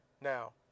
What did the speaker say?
Now